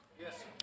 Yes